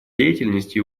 деятельности